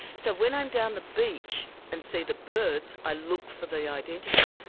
so when i'm down the beach and see the birds, i look for the identity.